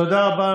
תודה רבה לשרה.